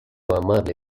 amable